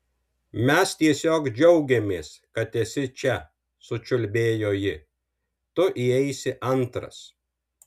mes tiesiog džiaugiamės kad esi čia sučiulbėjo ji tu įeisi antras